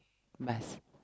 bus